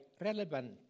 relevant